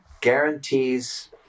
guarantees